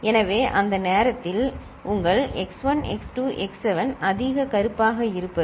எனவே அந்த நேரத்தில் உங்கள் x1 x2 x7 அதிக கருப்பாக இருப்பது